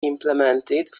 implemented